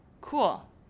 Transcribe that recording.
Cool